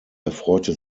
erfreute